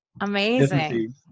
Amazing